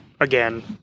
Again